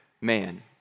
man